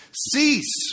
Cease